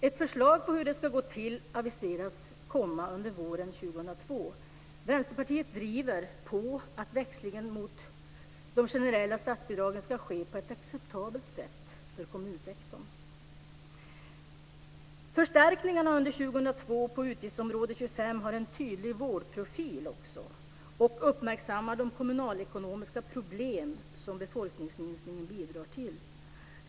Ett förslag på hur det ska gå till aviseras komma under våren 2002. Vänsterpartiet driver på för att växlingen mot de generella statsbidragen ska ske på ett för kommunsektorn acceptabelt sätt. har en tydlig vårdprofil, och där uppmärksammas de kommunalekonomiska problem som befolkningsminskningen bidrar till.